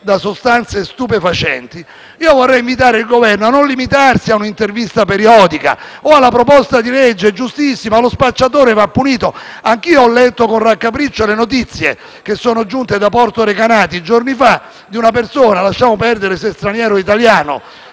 da sostanze stupefacenti, vorrei invitare il Governo a non limitarsi a un'intervista periodica o alla proposta di legge. Giustissimo: lo spacciatore va punito. Anch'io ho letto con raccapriccio le notizie che sono giunte da Porto Recanati, giorni fa, di una persona straniera - ma lasciamo perdere se straniera o italiana,